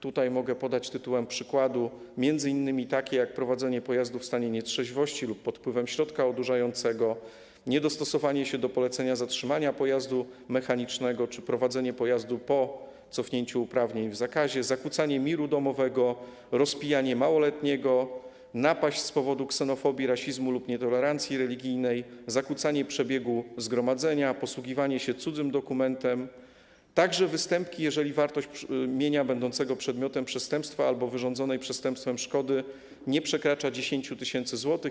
Tutaj mogę podać tytułem przykładu m.in. prowadzenie pojazdu w stanie nietrzeźwości lub pod wpływem środka odurzającego, niedostosowanie się do polecenia zatrzymania pojazdu mechanicznego czy prowadzenie pojazdu po cofnięciu uprawnień, po zakazie, zakłócanie miru domowego, rozpijanie małoletniego, napaść z powodu ksenofobii, rasizmu lub nietolerancji religijnej, zakłócanie przebiegu zgromadzenia, posługiwanie się cudzym dokumentem, także występki, jeżeli wartość mienia będącego przedmiotem przestępstwa albo wyrządzonej przestępstwem szkody nie przekracza 10 tys. zł.